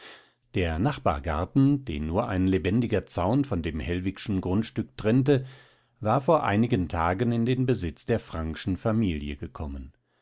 der nachbargarten den nur ein lebendiger zaun von dem hellwigschen grundstück trennte war vor einigen tagen in den besitz der frankschen familie gekommen